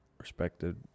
respected